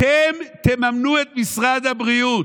אתם תממנו את משרד הבריאות.